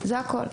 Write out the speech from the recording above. זה הכול.